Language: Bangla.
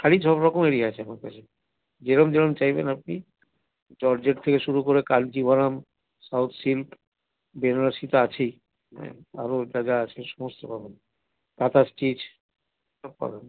শাড়ি সব রকমেরই আছে আমার কাছে যেরকম যেরকম চাইবেন আপনি জর্জেট থেকে শুরু করে কাঞ্জিভরম সাউথ সিল্ক বেনারসী তো আছেই হুম আরও যা যা আছে সমস্ত পাবেন কাঁথা স্টিচ সব পাবেন